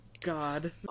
God